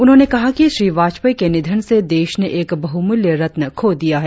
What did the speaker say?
उन्होंने कहा कि श्री वाजपेयी के निधन से देश ने एक बहुमूल्य रत्न खों दिया है